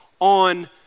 on